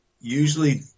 usually